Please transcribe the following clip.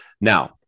Now